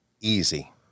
easy